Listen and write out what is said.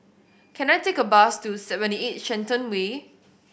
can I take a bus to Seventy Eight Shenton Way